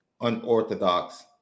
unorthodox